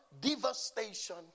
devastation